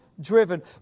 driven